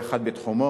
כל אחד בתחומו.